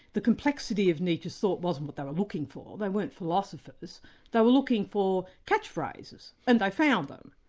the complexity of nietzsche's thought wasn't what they were looking for. they weren't philosophers they were looking for catchphrases, and they found them.